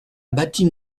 bâtie